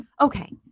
Okay